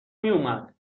میومد